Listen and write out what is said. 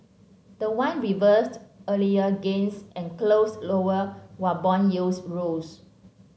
the won reversed earlier gains and closed lower while bond yields rose